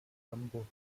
hamburg